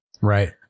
Right